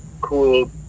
cool